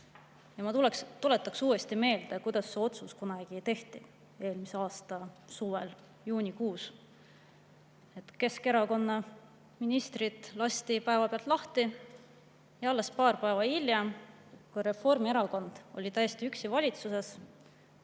Ma tuletaks uuesti meelde, kuidas see otsus kunagi tehti eelmise aasta suvel juunikuus. Keskerakonna ministrid lasti päevapealt lahti. Alles paar päeva hiljem, kui Reformierakond oli täiesti üksi valitsuses